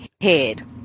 head